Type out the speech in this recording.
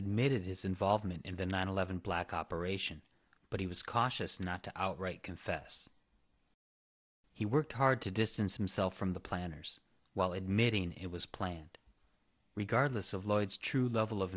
admitted his involvement in the nine eleven black operation but he was cautious not to outright confess he worked hard to distance himself from the planners while admitting it was planned regardless of lloyd's true level of